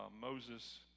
Moses